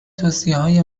توصیههای